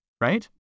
Right